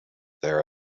there